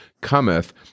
cometh